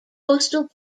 coastal